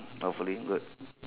hopefully good